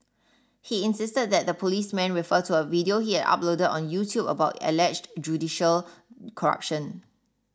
he insisted that the policemen refer to a video he had uploaded on YouTube about alleged judicial corruption